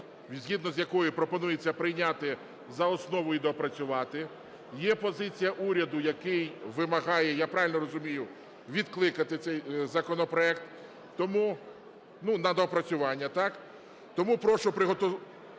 згідно з якою пропонується прийняти за основу і доопрацювати. Є позиція уряду, який вимагає, я правильно розумію, відкликати цей законопроект. Тому… На доопрацювання, так. Тому прошу приготуватися